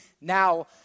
now